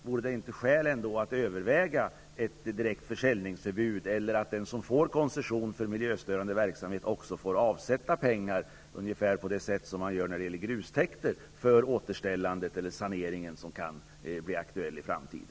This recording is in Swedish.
Vore detta inte skäl att överväga ett direkt försäljningsförbud, eller att den som får koncession för miljöstörande verksamhet också får avsätta pengar -- ungefär på det sätt som gäller för grustäkter -- för det återställande eller den sanering som kan bli aktuell i framtiden?